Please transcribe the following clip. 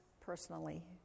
personally